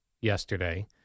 yesterday